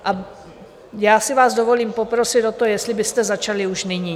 A já si vás dovolím poprosit o to, jestli byste začali už nyní.